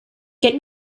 get